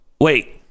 Wait